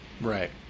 Right